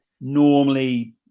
normally